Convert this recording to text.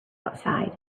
outside